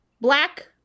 Black